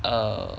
err